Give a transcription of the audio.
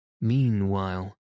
Meanwhile